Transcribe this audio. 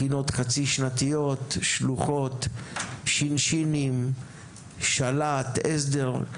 מכינות חצי-שנתיות; שלוחות; ש"ש; של"ת; הסדר;